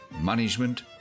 management